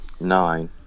Nine